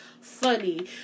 funny